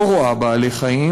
לא רואה בעלי-חיים,